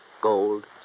Gold